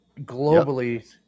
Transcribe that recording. globally